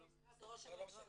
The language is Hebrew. זה משרד ראש הממשלה,